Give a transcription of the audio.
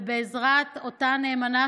ובעזרת אותה נאמנה,